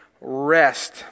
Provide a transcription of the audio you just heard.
rest